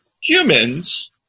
Humans